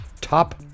top